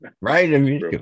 Right